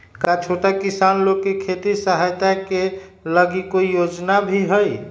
का छोटा किसान लोग के खेती सहायता के लगी कोई योजना भी हई?